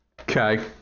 okay